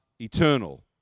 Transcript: eternal